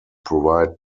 provide